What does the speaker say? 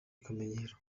akamenyero